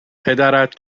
پدرت